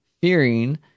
fearing